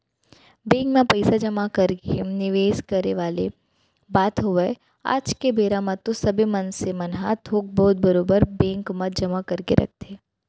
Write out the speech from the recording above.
bank म पइसा जमा करके निवेस करे वाले बात होवय आज के बेरा म तो सबे मनसे मन ह थोक बहुत बरोबर बेंक म जमा करके रखथे